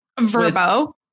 Verbo